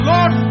Lord